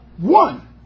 one